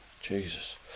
Jesus